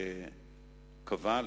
שקבעה,